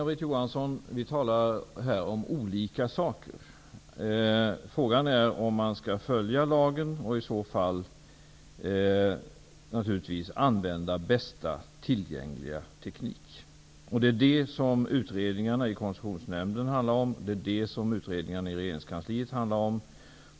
Fru talman! Vi talar här om olika saker, Inga-Britt Johansson. Frågan är om man skall följa lagen och i så fall naturligtvis använda bästa tillgängliga teknik. Det är detta som utredningarna i Konsessionsnämnden och regeringskansliet handlar om.